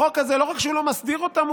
החוק הזה לא רק שהוא לא מסדיר אותן,